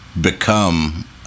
become